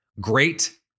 Great